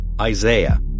Isaiah